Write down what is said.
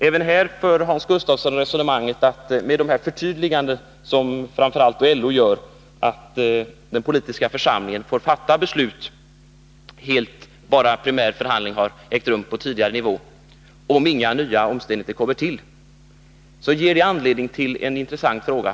Även här förde Hans Gustafsson det resonemanget att den politiska församlingen — enligt de förtydliganden som framför allt LO gör — får fatta beslut bara primärförhandling har ägt rum på tidigare nivå, om inga nya omständigheter kommer till. Detta ger anledning till en intressant fråga.